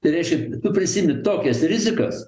tai reiškia tu prisiimi tokias rizikas